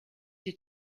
t’ai